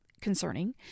concerning